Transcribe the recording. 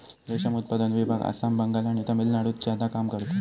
रेशम उत्पादन विभाग आसाम, बंगाल आणि तामिळनाडुत ज्यादा काम करता